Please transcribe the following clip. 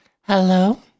Hello